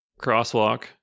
crosswalk